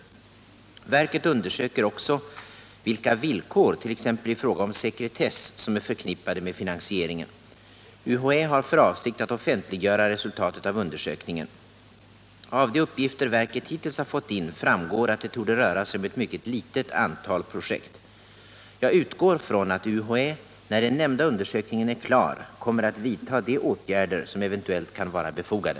Verket undersöker också vilka villkor, t.ex. i fråga om sekretess, som är förknippade med finansieringen. UHÄ har för avsikt att offentliggöra resultatet av undersökningen. Av de uppgifter verket hittills har fått in framgår att det torde röra sig om ett mycket litet antal projekt. Jag utgår från att UHÄ, när den nämnda undersökningen är klar, kommer att vidta de åtgärder som eventuellt kan vara befogade.